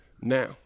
Now